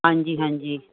ਹਾਂਜੀ ਹਾਂਜੀ